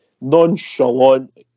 nonchalant